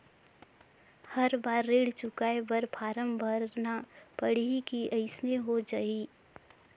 हर बार ऋण चुकाय बर फारम भरना पड़ही की अइसने हो जहीं?